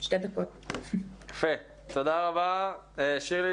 תודה רבה, שירלי.